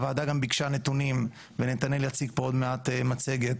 הוועדה גם ביקשה נתונים ונתנאל יציג פה עוד מעט מצגת